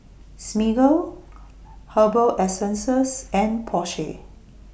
Smiggle Herbal Essences and Porsche